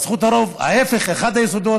זכות הרוב, ההפך, אחד היסודות